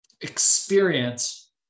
experience